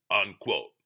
unquote